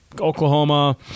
Oklahoma